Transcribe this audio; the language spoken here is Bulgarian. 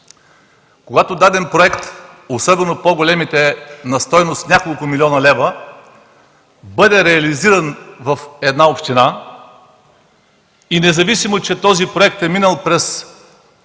Когато даден проект, особено от по големите – на стойност няколко милиона лева, бъде реализиран в една община, независимо че е минал през